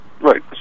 Right